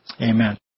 Amen